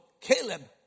Caleb